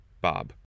Bob